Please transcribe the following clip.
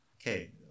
Okay